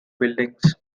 buildings